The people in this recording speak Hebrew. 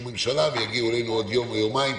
ממשלה ויגיעו אלינו עוד יום או יומיים,